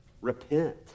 Repent